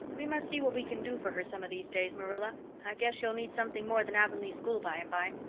we must see what we can do for her some of these days, marilla. i guess she'll need something more than avonlea school by and by.